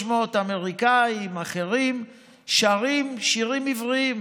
300 אמריקאים ואחרים שרים שירים עבריים.